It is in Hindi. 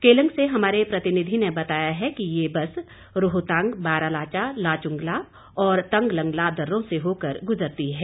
केलंग से हमारे प्रतिनिधि ने बताया है कि ये बस रोहतांग बाराहलाचा लाचुंगला और तंगलंगला दर्रो से होकर गुजरती है